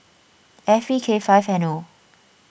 F B K five N O